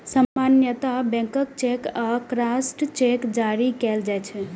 सामान्यतः blank cheque आ crossed cheque जारी कैल जाइ छै